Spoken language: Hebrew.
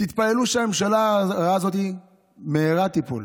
תתפללו שהממשלה הרעה הזאת במהרה תיפול.